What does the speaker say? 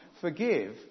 Forgive